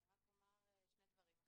אני אומר שני דברים.